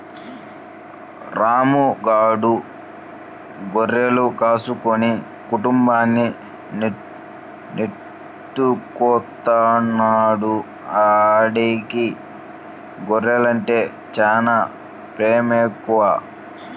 రాము గాడు గొర్రెలు కాసుకుని కుటుంబాన్ని నెట్టుకొత్తన్నాడు, ఆడికి గొర్రెలంటే చానా పేమెక్కువ